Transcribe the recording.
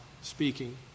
speaking